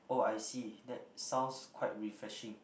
oh I see that sounds quite refreshing